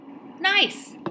nice